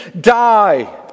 die